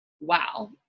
wow